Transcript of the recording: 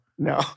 No